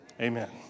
Amen